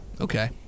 Okay